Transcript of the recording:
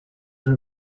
her